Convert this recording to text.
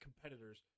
competitors